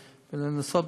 לנסות,